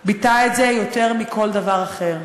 ביטא את זה יותר מכל דבר אחר.